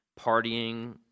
partying